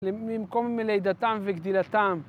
למקום מלדיתם וגדילתם.